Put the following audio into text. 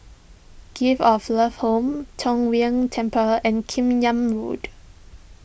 Gift of Love Home Tong Whye Temple and Kim Yam Road